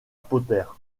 potter